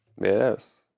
Yes